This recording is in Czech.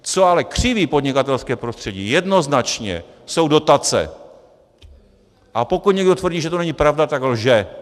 Co ale křiví podnikatelské prostředí jednoznačně, jsou dotace, a pokud někdo tvrdí, že to není pravda, tak lže.